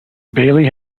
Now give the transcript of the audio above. bailey